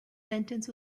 sentence